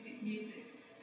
music